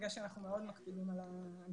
בגלל שאנחנו מאוד מקפידים על ההנחיות.